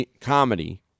comedy